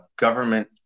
government